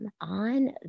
on